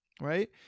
right